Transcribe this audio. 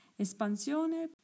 espansione